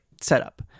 setup